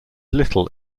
little